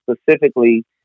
specifically